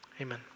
Amen